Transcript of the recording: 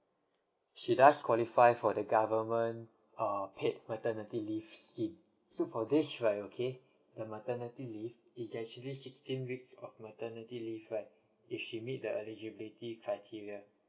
she does qualify for the government uh paid maternity leave scheme so for this right okay the maternity leave is actually sixteen weeks of maternity leave right if she meet the eligibility criteria